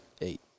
Eight